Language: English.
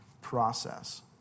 process